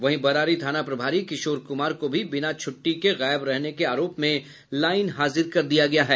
वहीं बरारी थाना प्रभारी किशोर कुमार को भी बिना छुट्टी के गायब रहने के आरोप में लाइन हाजिर कर दिया गया है